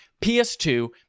PS2